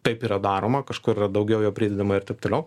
taip yra daroma kažkur yra daugiau jo pridedama ir taip toliau